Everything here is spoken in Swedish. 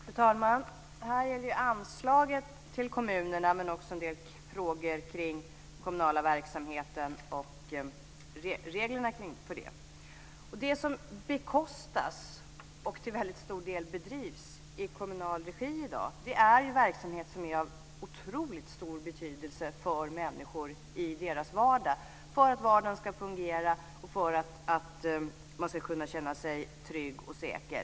Fru talman! Detta gäller anslaget till kommunerna, men också en del frågor kring den kommunala verksamheten och reglerna för den. Det som bekostas och till stor del bedrivs i kommunal regi i dag är verksamheter som är av otroligt stor betydelse för människor i deras vardag för att vardagen ska fungera och för att man ska kunna känna sig trygg och säker.